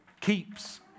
keeps